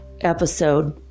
episode